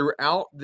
throughout